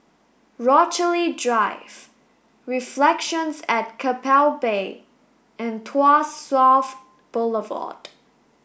Rochalie Drive Reflections at Keppel Bay and Tuas South Boulevard